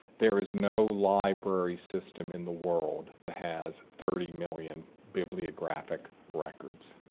there is no library system in the world that has thirty million bibliographic records.